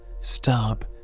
stop